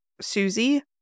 Susie